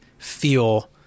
feel